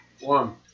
One